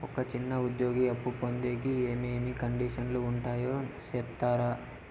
ఒక చిన్న ఉద్యోగి అప్పు పొందేకి ఏమేమి కండిషన్లు ఉంటాయో సెప్తారా?